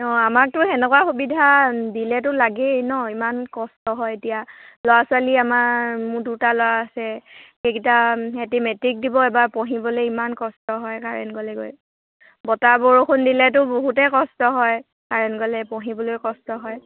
অঁ আমাকতো সেনেকুৱা সুবিধা দিলেতো লাগেই ন ইমান কষ্ট হয় এতিয়া ল'ৰা ছোৱালী আমাৰ মোৰ দুটা ল'ৰা আছে এইকেইটা সিহঁতি মেট্ৰিক দিব এবাৰ পঢ়িবলৈ ইমান কষ্ট হয় কাৰেণ্ট গ'লে গৈ বতাহ বৰষুণ দিলেতো বহুতে কষ্ট হয় কাৰেণ্ট গ'লে পঢ়িবলৈ কষ্ট হয়